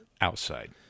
outside